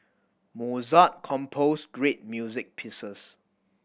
Mozart composed great music pieces